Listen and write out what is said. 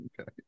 Okay